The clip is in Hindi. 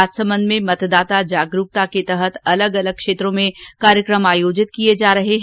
राजसमंद में मतदाता जागरूकता के तहत अलग अलग क्षेत्रों में कार्यकम आयोजित किए जा रहे हैं